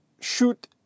shoot